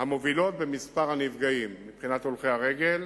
המובילות במספר הנפגעים הולכי-הרגל.